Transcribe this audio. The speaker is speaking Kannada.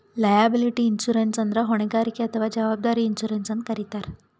ಲಯಾಬಿಲಿಟಿ ಇನ್ಶೂರೆನ್ಸ್ ಅಂದ್ರ ಹೊಣೆಗಾರಿಕೆ ಅಥವಾ ಜವಾಬ್ದಾರಿ ಇನ್ಶೂರೆನ್ಸ್ ಅಂತ್ ಕರಿತಾರ್